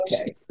okay